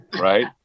right